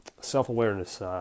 self-awareness